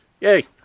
yay